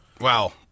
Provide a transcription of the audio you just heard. Wow